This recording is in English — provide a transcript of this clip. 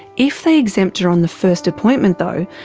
if they exempt her on the first appointment though,